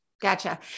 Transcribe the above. Gotcha